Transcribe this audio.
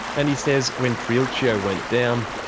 and he says when triulcio went down,